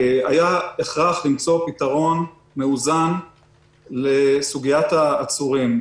היה הכרח למצוא פתרון מאוזן לסוגיית העצורים.